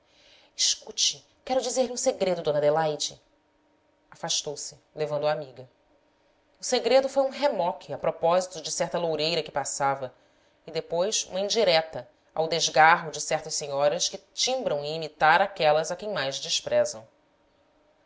escute quero dizer-lhe um segredo d adelaide afastou-se levando a amiga o segredo foi um remoque a propósito de certa loureira que passava e depois uma indireta ao desgarro de certas senhoras que timbram em imitar aquelas a quem mais desprezam